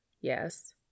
Yes